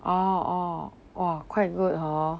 orh orh !wah! quite good hor